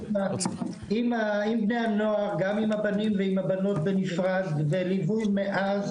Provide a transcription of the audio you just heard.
גם עם הבנים והבנות נפרד בליווי מאז,